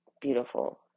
beautiful